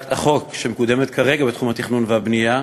החוק שמקודמת כרגע בתחום התכנון והבנייה,